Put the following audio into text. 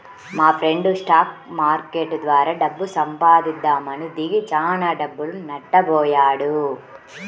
మాఫ్రెండు stock market ద్వారా డబ్బు సంపాదిద్దామని దిగి చానా డబ్బులు నట్టబొయ్యాడు